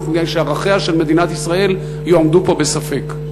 מפני שערכיה של מדינת ישראל יועמדו פה בספק.